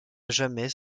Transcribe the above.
jamais